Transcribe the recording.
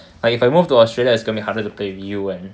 like if I move to australia is gonna be harder to play with you and